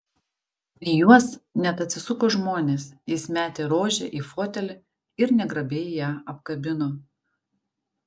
į juos net atsisuko žmonės jis metė rožę į fotelį ir negrabiai ją apkabino